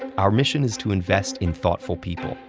our mission is to invest in thoughtful people,